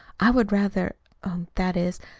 i would rather er that is,